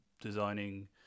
designing